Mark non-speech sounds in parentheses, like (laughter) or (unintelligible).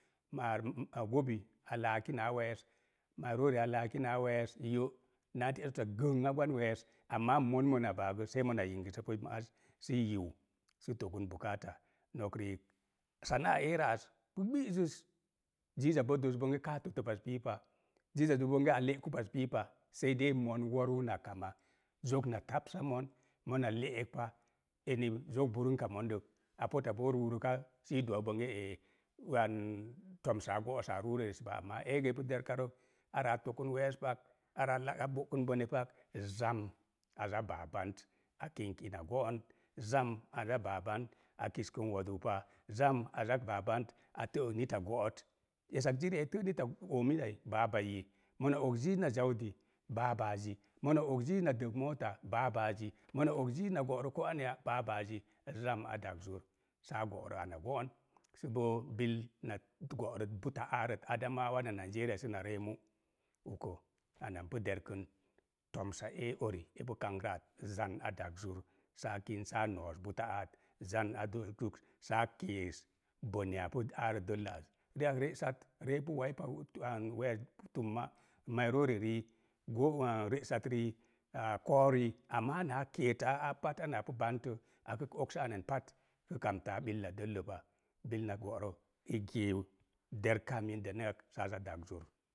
Maar, (hesitation) a gobi, a laaki naa wees, mairoon, a laaki naa wees, yə'naa (hesitation) gənga gwan wees, amaa mon mona baa gə, sei mona yingəsəpu maz, sə yiu, sə togən. (unintelligible) Nok riik (unintelligible) erə az, pu gbizəz, ziiza boo dook bonge kaa fotə paz piipa, ziza dook bonge a le'ku paz piipa, sei dei mon woruu na kama, zok na tapsa mon, mona le'ekpa eni zok burunk a mondək, a (unintelligible) sii dowa bonge ee wan tomsaa go'osaa ruur esi pa. Amma ego epu derkarə, araa tokən weespak, araa (unintelligible) pak, zam aza baa bant, a kink ina go'on, zam aza baa bant a kiskən woduupa, zam aza baa bant a tə'ək neta go'ot. Esak ziriya itə nita omitai, baabaiyi, mona og ziiz na (unintelligible) baaɓaazi, mona og ziiz na dəg moota baabaazi, mona og ziiz na go'rə ko aneya, baabaazi, zam a daks zur saa go'rə ina go'on, sə boo bil na go'rə buta arət adamawa naa nigeria səna ree mú, uko ana npu dekkən tomsa é uri epu kankrə as, zan a daks zur, saa kin saa noos buta aat, zan a dosduk saa kees (unintelligible) pu aro dəlla az. Ri'ak re'sat reepu waipa (hesitation) wees tumma, mairori (hesitation) resat rii, aa koo rii, amaa maa kee tə aapat anaa pu bantə, akə oksə anan pat kə kamtaa (unintelligible) dəllə pa, bil na go'rə i gee derkaa mii denən ak sa za daks zur.